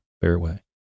fairway